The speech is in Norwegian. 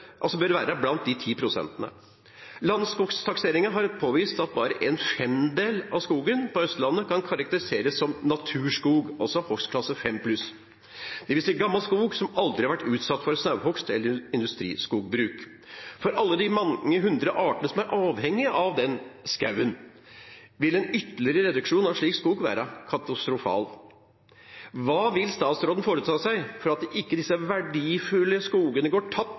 en femdel av skogen på Østlandet kan karakteriseres som naturskog, altså hogstklasse V pluss, dvs. gammel skog som aldri har vært utsatt for snauhogst eller industriskogbruk. For alle de mange hundre artene som er avhengige av den skogen, vil en ytterligere reduksjon av slik skog være katastrofal. Hva vil statsråden foreta seg for at ikke disse verdifulle skogene går tapt